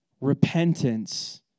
Repentance